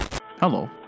Hello